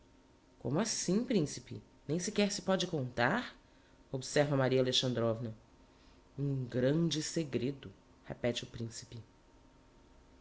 como assim principe nem sequer se pode contar observa maria alexandrovna um grande segredo repete o principe